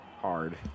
hard